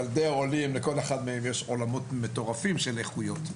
ילדי עולים לכל אחד מהם יש עולמות מטורפים של איכויות.